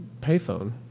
payphone